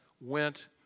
went